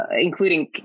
including